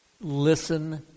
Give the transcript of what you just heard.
Listen